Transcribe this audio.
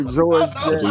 George